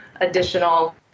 additional